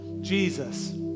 Jesus